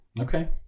Okay